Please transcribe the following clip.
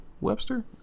Webster